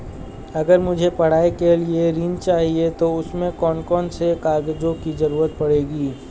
अगर मुझे पढ़ाई के लिए ऋण चाहिए तो उसमें कौन कौन से कागजों की जरूरत पड़ेगी?